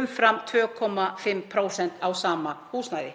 umfram 2,5% á sama húsnæði.